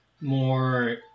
More